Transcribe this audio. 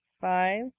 Five